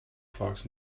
fox